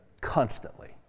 constantly